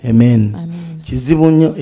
Amen